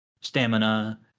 stamina